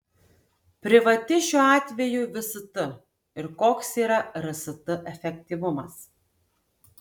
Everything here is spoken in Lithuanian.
privati šiuo atveju vst ir koks yra rst efektyvumas